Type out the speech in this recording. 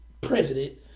president